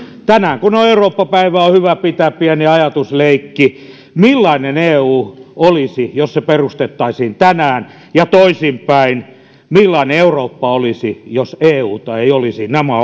tänään on eurooppa päivä on hyvä pitää pieni ajatusleikki millainen eu olisi jos se perustettaisiin tänään ja toisinpäin millainen eurooppa olisi jos euta ei olisi nämä